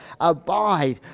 abide